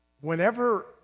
whenever